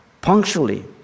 punctually